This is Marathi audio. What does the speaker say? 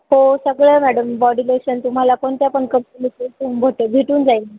हो सगळं आहे मॅडम बॉडी लोशन तुम्हाला कोणत्या पण कंपनीचं भटे भेटून जाईल